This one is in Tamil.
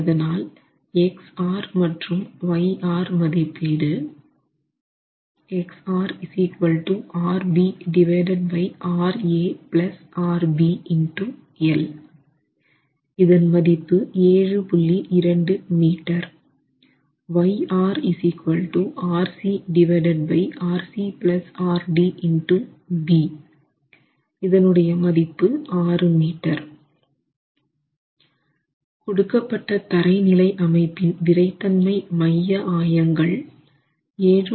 அதனால் xR மற்றும் yR மதிப்பீடு கொடுக்கப்பட்ட தரை நிலை அமைப்பின் விறைத்தன்மை மைய ஆயங்கள் xR yR 7